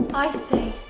i say,